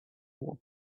wool